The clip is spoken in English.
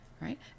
right